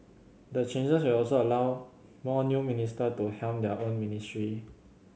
the changes will also allow more new minister to helm their own ministry